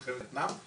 מלחמת ויאטנם.